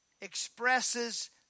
expresses